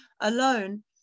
Alone